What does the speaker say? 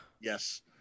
Yes